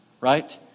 right